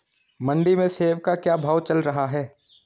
मंडी में सेब का क्या भाव चल रहा है?